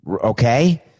okay